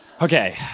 okay